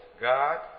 God